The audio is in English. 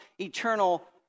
eternal